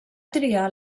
triar